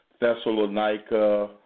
Thessalonica